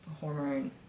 Hormone